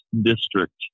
district